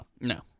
no